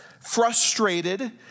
frustrated